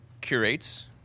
curates